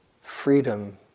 freedom